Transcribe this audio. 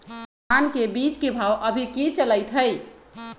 धान के बीज के भाव अभी की चलतई हई?